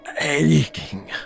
aching